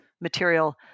material